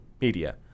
media